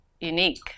unique